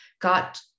got